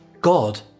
God